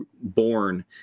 born